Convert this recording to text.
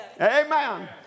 Amen